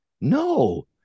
No